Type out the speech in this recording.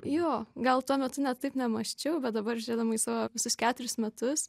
jo gal tuo metu ne taip nemąsčiau bet dabar žiūrėdama į savo visus keturis metus